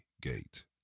gate